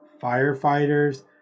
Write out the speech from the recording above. firefighters